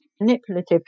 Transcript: manipulative